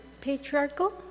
patriarchal